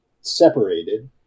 separated